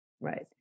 Right